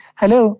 hello